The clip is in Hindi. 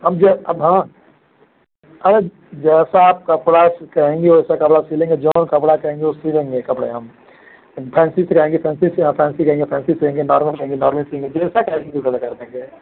अब ज अब हँ अरे जैसा आप कपड़ा कहेंगे वैसा कपड़ा सिलेंगे जौन कपड़ा कहेंगे वह सी देंगे कपड़ा हम फैन्सी सिलाएंगे फैन्सी फैन्सी कहेंगे फैन्सी सिएंगे नॉर्मल कहेंगे नॉर्मल सिएंगे जैसा कहेंगे कर देंगे